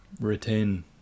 retain